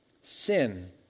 sin